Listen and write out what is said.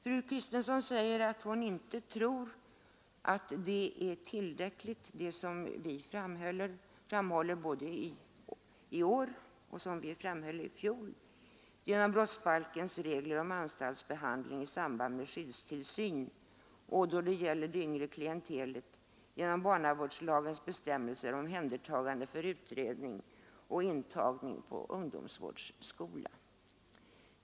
Fru Kristensson säger att hon inte tror att det räcker med vad vi framhåller i år — och vad vi framhöll i fjol — i fråga om brottsbalkens regler om anstaltsbehandling i samband med skyddstillsyn och, beträffande det yngre klientelet, barnavårdslagens bestämmelser om omhändertagande för utredning och intagning på ungdomsvårdsskola.